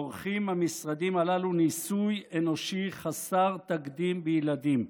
עורכים המשרדים הללו ניסוי אנושי חסר תקדים בילדים.